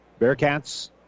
Bearcats